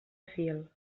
fil